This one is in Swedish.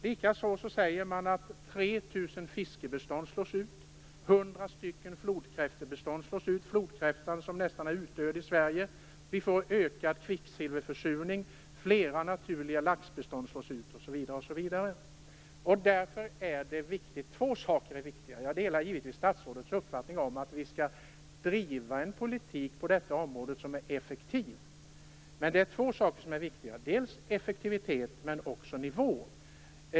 Likaså säger man att 3 000 fiskbestånd slås ut, att 100 stycken flodkräftsbestånd slås ut - flodkräftan, som ju nästan är utdöd i Sverige -, att vi får en ökad kvicksilverförsurning, att flera naturliga laxbestånd slås ut, osv. Jag delar givetvis statsrådets uppfattning att vi på detta område skall driva en politik som är effektiv, men två saker är ändå viktiga att påpeka. Det gäller dels effektiviteten, dels nivån.